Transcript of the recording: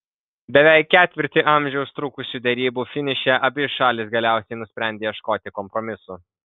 beveik ketvirtį amžiaus trukusių derybų finiše abi šalys galiausiai nusprendė ieškoti kompromisų